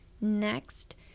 Next